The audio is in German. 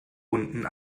unten